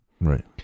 Right